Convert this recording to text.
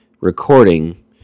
recording